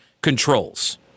controls